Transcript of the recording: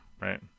right